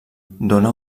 dóna